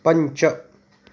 पञ्च